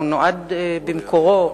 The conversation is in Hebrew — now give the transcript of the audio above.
ובמקורו